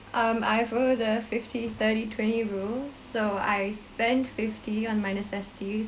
um I follow the fifty thirty twenty rule so I spend fifty on my necessities